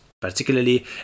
particularly